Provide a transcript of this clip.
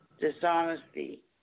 dishonesty